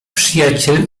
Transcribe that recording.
przyjaciel